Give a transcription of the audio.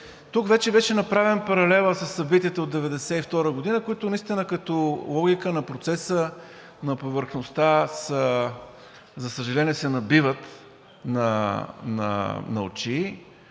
Тук вече беше направен паралелът със събитията от 1992 г., които наистина като логика на процеса, на повърхността, за съжаление, се набиват на очи.